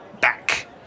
back